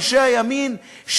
אנשי הימין,